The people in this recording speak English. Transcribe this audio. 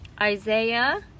Isaiah